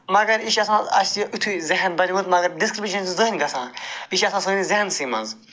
مگر یہِ چھُ آسان اَسہِ یُتھُے ذہن بَنیومُت مگر ڈِسکرمنیشَن چھَنہٕ زٕہٕنۍ گَژھان یہِ چھ آسان سٲنِس ذہنسٕے مَنٛز